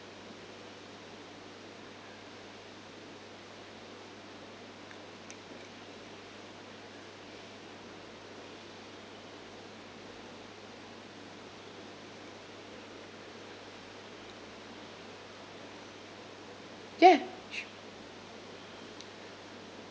yeah s~